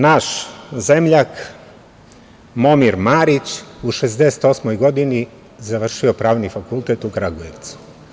Naš zemljak, Momir Marić, u 68. godini je završio Pravni fakultet u Kragujevcu.